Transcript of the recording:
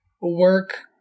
work